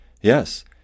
Yes